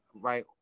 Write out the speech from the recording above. Right